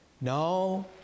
no